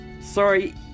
Sorry